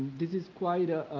this is quite